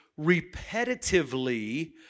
repetitively